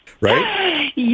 Right